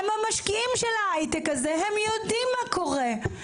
הם המשקיעים של ההייטק הזה, הם יודעים מה קורה.